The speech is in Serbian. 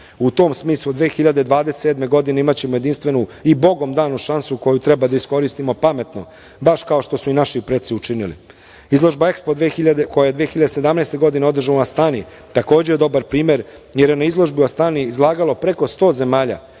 U tom smislu, 2027. godine imaćemo jedinstvenu i bogom danu šansu koju treba da iskoristimo pametno, baš kao što su i naši preci učinili. Izložba EXPO koja je 2017. godine održana u Astani, takođe, je dobar primer, jer je na izložbi u Astani izlagalo preko 100 zemalja,